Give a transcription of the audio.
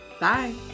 Bye